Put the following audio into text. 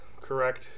correct